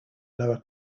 lower